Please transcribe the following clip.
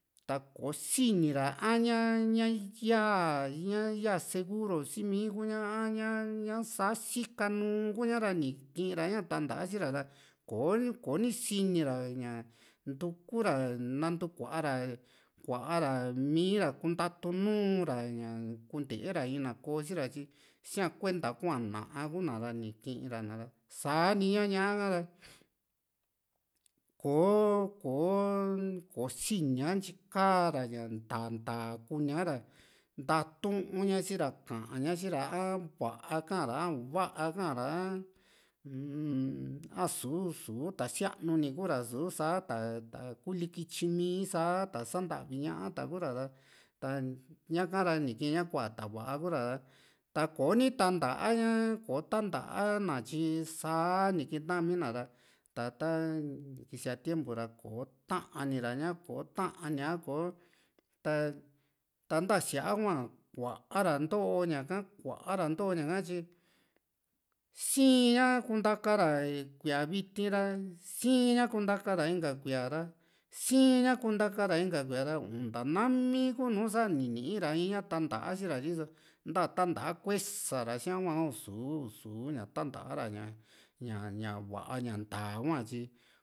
takoo siini ra a ña ña yaa ña yaa seguro sii mii kuña a ña ña sa´a sikanu ku´ña ra ni kiira ña ni tanta si´ra ra kò´o ko ni sini ra ña ntuku ra nanukuara kuara mii ra kuntatu nuu´ra ñaa kunte ra in na koosi ra tyi siaa kuenta kua na´a ku´na ra ni kii´n ra na´ra sani ña ñá´a kara kò´o kò´o kò´o sinia ntyii ka´ra ña nta ntaa kunia ra ntatuuña si´ra kaña si´ra a va´a ka´ra a u´vaa ka´ra a uumm a´su su ta sianuni kura su´sa ta ta kuu likityi mii saa ta santavi ñá´a ta ku´ra ra ta ñaka ra ni kiin ña kuaa ta va´a kura ra ta koni tanta a ña kò´o tanta na tyi saa ni kii´tami na ra ta ta kisia tiempo ra kò´o taani ra ña kò´o tai´a ko ta ta nta síaa hua kua´ra nto ñaka kua´ra ntoo ñaka tyi sii´n ña kuntaka ra kuíaa viti ra sii´ña kuntaka ra inka kuía´ra sii´n ña kuntaka ra inka kuía´ra nta naami sa kunu nii ra iña tanta si ra riso nta tanta kuesa ra sia hua u´su u´su ña tantara ña ña va´a ña ntaa hua tyi